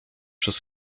przez